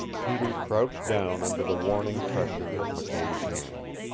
peter crouched down under the warning pressure of mckay's hand.